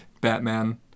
Batman